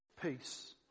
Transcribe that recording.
peace